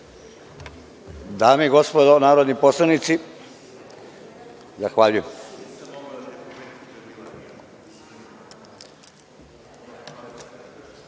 Dame i gospodo narodni poslanici, nastavljamo